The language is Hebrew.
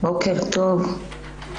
בוקר טוב.